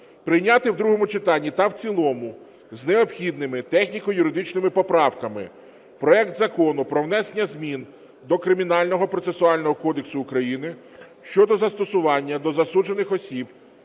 прийняти в другому читанні та в цілому з необхідними техніко-юридичними поправками, проект Закону про внесення змін до Кримінального процесуального кодексу України щодо застосування до засуджених та